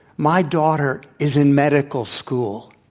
my daughter is in medical school.